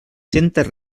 centes